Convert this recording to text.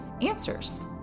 answers